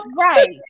Right